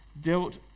dealt